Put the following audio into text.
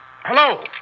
Hello